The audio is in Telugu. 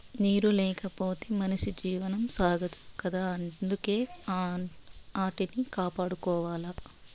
నీరు లేకపోతె మనిషి జీవనం సాగదు కదా అందుకే ఆటిని కాపాడుకోవాల